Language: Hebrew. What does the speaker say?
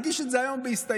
הגיש את זה היום בהסתייגות.